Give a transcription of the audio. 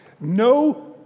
no